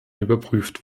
überprüft